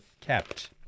kept